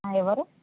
ఎవరు